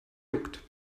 juckt